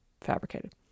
fabricated